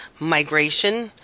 migration